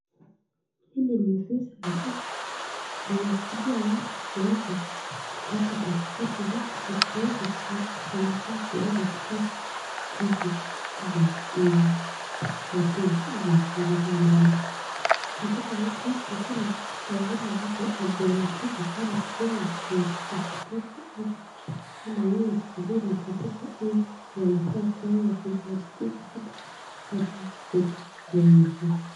Hili ni ofisi la umma linalosaidia watu kuweza kupata pasipoti zao kuweza kuwasaidia kuweza kutoka nchi za nje. Na pia za kuingia ndani. Katika ofisi hii, lazima mtu ajiandikishe kwamba yeye anataka kutoka nje ama yeye ni mgeni katika nchi na anafaa kuanza kujiandikisha hapa kupata vitu vinavyofaa.